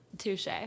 Touche